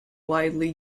widely